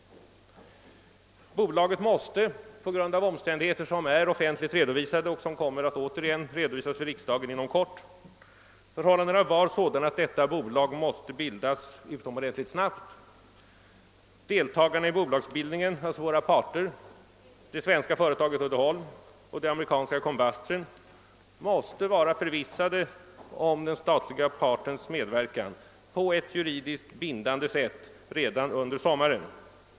Omständigheterna kring bolagsbildningen är offentligt redovisade och kommer inom kort ånyo att redovisas inför riksdagen. Förhållandena var sådana att detta bolag måste bildas utomordentligt snabbt. De övriga deltagarna i bolagsbildningen, det svenska företaget Uddeholm och det amerikanska Combustion, måste redan under sommaren bli förvissade om den statliga partens medverkan på ett juridiskt bindande sätt.